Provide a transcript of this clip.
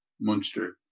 Munster